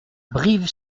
brives